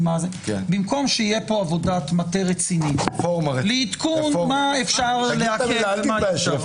במקום שתהיה פה עבודת מטה רצינית לעדכון מה אפשר לעקל ומה אי-אפשר.